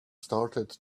started